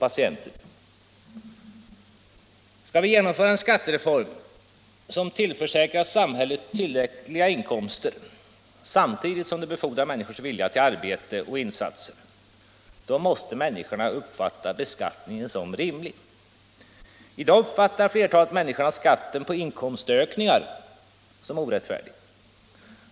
Om vi skall kunna genomföra en skattereform som tillförsäkrar samhället tillräckliga inkomster, samtidigt som den befordrar människors vilja till arbete och insatser, så måste människorna uppfatta beskattningen som rimlig. I dag uppfattar flertalet människor skatten på inkomstökningar som orättfärdig.